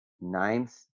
ninth